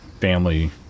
family